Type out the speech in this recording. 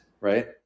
right